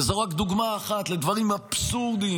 וזו רק דוגמה אחת לדברים אבסורדיים,